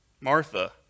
Martha